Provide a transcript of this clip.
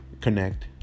connect